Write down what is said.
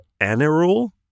Anirul